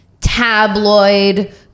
tabloid